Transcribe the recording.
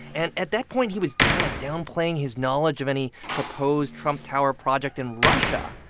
and at that point, he was kind of downplaying his knowledge of any proposed trump tower project in russia.